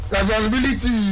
Responsibility